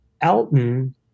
Elton